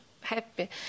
happy